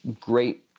great